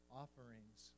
offerings